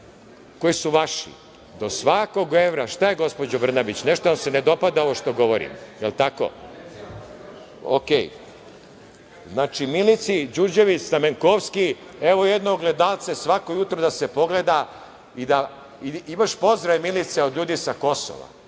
koji su vaši. Do svakog evra …Šta je gospođo Brnabić? Nešto vam se ne dopada ovo što govorim, jel tako? U redu. Znači, Milici Đurđević Stamenkovski, evo jedno ogledalce svako jutro da se pogleda i imaš pozdrave Milice od ljudi sa Kosova.